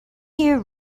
year